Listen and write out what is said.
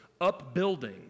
upbuilding